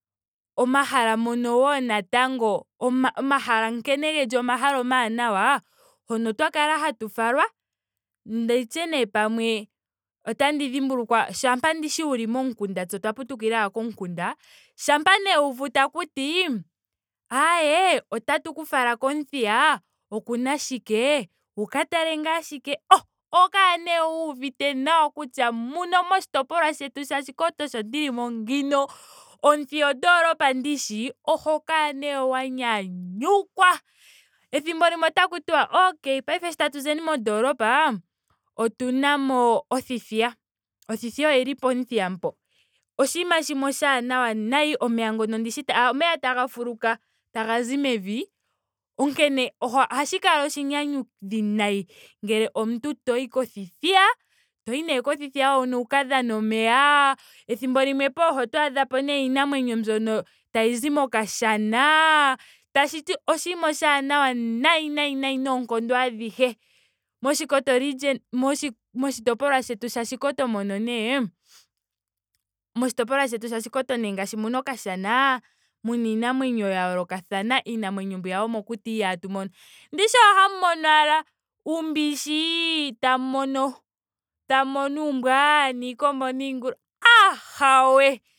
Omahala moka wo natango oma- omahala nkene geli omahala omaanawa hoka twa kala hatu falwa nanditye nee pamwe otandi dhimbulukwa shampa ndishi uli momukunda tse otwa putukila ashike komukunda. shampa nee wuuvu takuti aae otatu ku fala komuthiya. okuna ashike. wu ka tale ngaa shike oh oho kala nee wuuvite nawa kutya muno moshitopolwa shetu sha oshikoto sho ndilimo ngeyi. Omuthiya ondoolopa ndishi. oho kala nee wwa nyanyukwa. Ethimbo limwe otatu tiwa okay sho tatu zeni mondoolopa. otunamo othithiya. Othithiya oyili pomuthiya mpo. Oshinima shimwe oshaanawa nayi. omeya ngono ndishi. omeya taga fuluka tagazi mevi. Onkene ohashi kala oshinyanyudhi naayi ngele omuntu toyi kothihtiya. toyi kothithiya hoka wu ka dhane omeya. Ethimbo limwe pooha mpono oto adhamo nee iinamwenyo mbyono tayizi mokashana. Tashiti oshinima oshaanawa nayi nayi nayi noonkondo adhihe. Moshikoto region. mo- moshi moshitopolwa shetu sha oshikoto mono nee. moshitopolwa shetu sha oshikoto ngaashi muna okashana. muna iinamwenyo ya yoolokathana. iinamwenyo mbiya yomokuti ihaatu mono. Ndishi ohamu mono ashike uumbishi. tamu mono tamu mono uumbwa. niikombo niingulu. ahawe